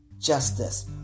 justice